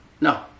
No